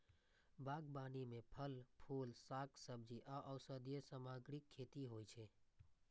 बागबानी मे फल, फूल, शाक, सब्जी आ औषधीय सामग्रीक खेती होइ छै